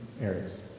areas